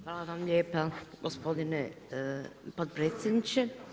Hvala vam lijepa gospodine potpredsjedniče.